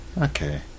Okay